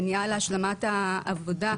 מניעה להשלמת העבודה,